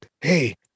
Hey